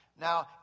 Now